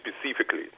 specifically